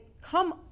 come